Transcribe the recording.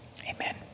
Amen